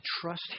trust